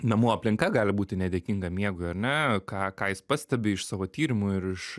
namų aplinka gali būti nedėkinga miegui ar ne ką ką jis pastebi iš savo tyrimų ir iš